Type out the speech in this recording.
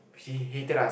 she hated us